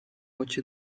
очі